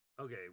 Okay